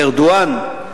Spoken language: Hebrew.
ארדואן,